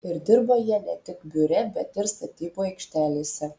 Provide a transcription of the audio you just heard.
ir dirba jie ne tik biure bet ir statybų aikštelėse